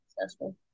successful